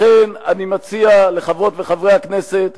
לכן אני מציע לחברות וחברי הכנסת,